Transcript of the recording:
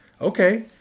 okay